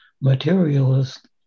materialist